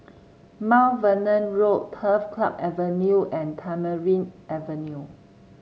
Mount Vernon Road Turf Club Avenue and Tamarind Avenue